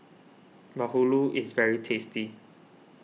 Bahulu is very tasty